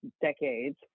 decades